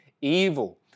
evil